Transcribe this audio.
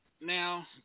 Now